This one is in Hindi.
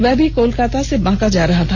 वह भी कोलकाता से बांका जा रहा था